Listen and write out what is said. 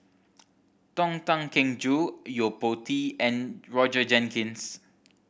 Tony Tan Keng Joo Yo Po Tee and Roger Jenkins